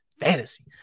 fantasy